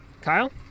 Kyle